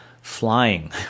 flying